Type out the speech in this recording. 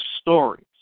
stories